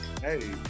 Hey